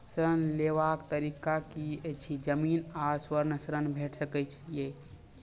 ऋण लेवाक तरीका की ऐछि? जमीन आ स्वर्ण ऋण भेट सकै ये?